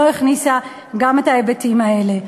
היא לא הכניסה גם את ההיבטים האלה.